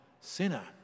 sinner